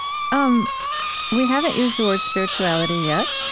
um we haven't used the word spirituality yet.